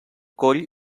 coll